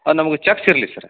ನಮ್ಗೆ ಚಕ್ಸ್ ಇರಲಿ ಸರ್